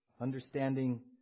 understanding